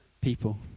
people